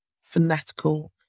fanatical